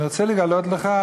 אני רוצה לגלות לך,